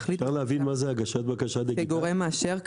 יחליט בבקשה כגורם מאשר,